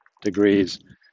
degrees